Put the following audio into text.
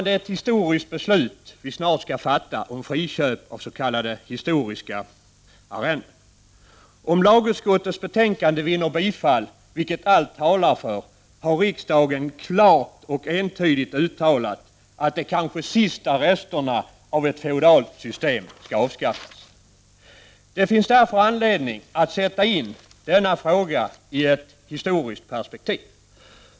Det är ett historiskt beslut som vi snart skall fatta om friköp av s.k. historiska arrenden. Om lagutskottets förslag vinner bifall, vilket allt talar för, har riksdagen klart och entydigt uttalat att de kanske sista resterna av ett feodalt system skall avskaffas. Det finns därför anledning att sätta in denna fråga i ett historiskt perspektiv.